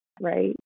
right